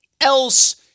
else